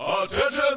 Attention